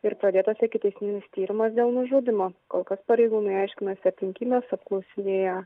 ir pradėtas ikiteisminis tyrimas dėl nužudymo kol kas pareigūnai aiškinasi aplinkybes apklausinėja